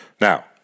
Now